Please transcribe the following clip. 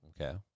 Okay